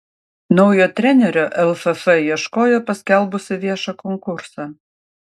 naujo trenerio lff ieškojo paskelbusi viešą konkursą